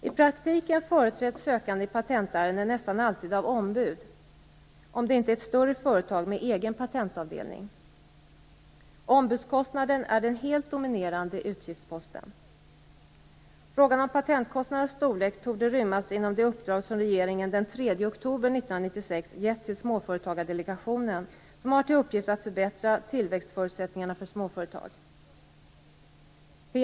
I praktiken företräds sökanden i patentärenden nästan alltid av ombud, om det inte är ett större företag med egen patentavdelning. Ombudskostnaden är den helt dominerande utgiftsposten. Frågan om patentkostnadernas storlek torde rymmas inom det uppdrag som regeringen den 3 oktober 1996 gett till Småföretagardelegationen, som har till uppgift att förbättra tillväxtförutsättningarna för småföretag.